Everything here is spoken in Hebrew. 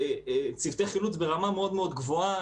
צוותי חילוץ ברמה מאוד גבוהה,